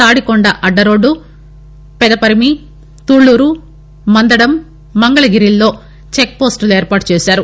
తాదికొండ అద్దరోడ్లు పెదపరిమి తుళ్లూరు మందడం మంగళగిరిలో చెక్పోస్టులు ఏర్పాటు చేశారు